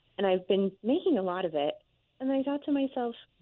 and i've been making a lot of it and i thought to myself,